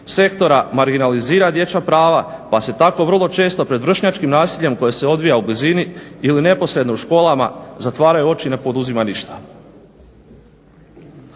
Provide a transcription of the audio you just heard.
sektora, marginalizira dječja prava pa se tako vrlo često pred vršnjačkim nasiljem koje se odvija u blizini ili neposredno u školama zatvaraju oči i ne poduzima ništa.